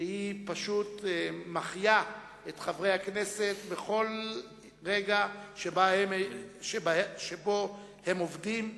שהיא פשוט מחיה את חברי הכנסת בכל רגע שבו הם עובדים,